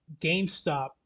GameStop